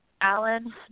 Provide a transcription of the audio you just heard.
Alan